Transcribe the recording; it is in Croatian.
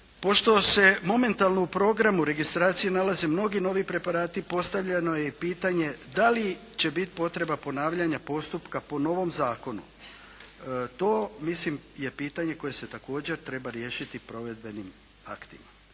Pošto se momentalno u programu registracije nalaze mnogi novi preparati postavljeno je i pitanje da li će biti potreba ponavljanja postupka po novom zakonu. To mislim je pitanje koje se također treba riješiti provedbenim aktima.